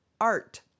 Art